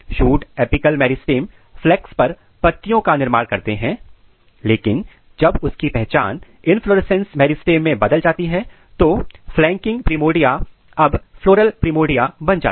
shoot apical meristem flanks पर पत्तियों का निर्माण करते हैं लेकिन जब उसकी पहचान इनफ्लोरेसेंस मेरिस्टेम मैं बदल जाती है तो फ्लैंकिंग प्रिमोर्डिया अब फ्लोरल प्रिमोर्डिया बन जाता है